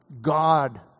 God